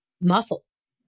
muscles